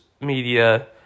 media